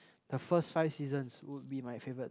this first five seasons would be my favourite